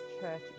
church